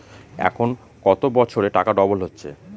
এখন কত বছরে টাকা ডবল হচ্ছে?